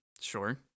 Sure